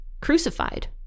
crucified